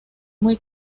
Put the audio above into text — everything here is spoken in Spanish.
muy